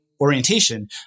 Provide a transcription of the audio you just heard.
orientation